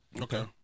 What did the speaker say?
Okay